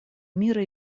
мира